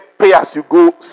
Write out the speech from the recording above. pay-as-you-go